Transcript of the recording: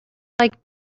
like